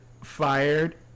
fired